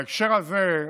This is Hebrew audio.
בהקשר הזה,